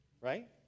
right